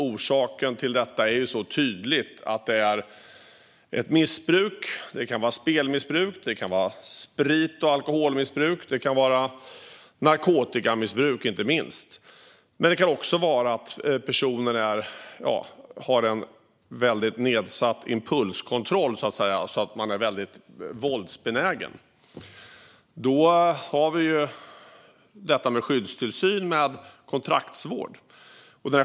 Orsaken kan vara tydlig i form av ett missbruk; spelmissbruk, sprit och alkoholmissbruk eller narkotikamissbruk. Men det kan också vara fråga om att personen har en nedsatt impulskontroll som gör denne våldsbenägen. Då finns skyddstillsyn med kontraktsvård.